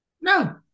No